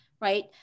right